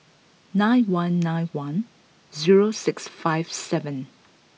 nine one nine one zero six five seven